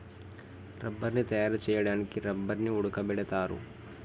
రబ్బర్ని తయారు చేయడానికి రబ్బర్ని ఉడకబెడతారు